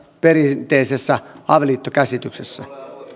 perinteisessä avioliittokäsityksessä